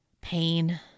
pain